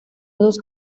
dos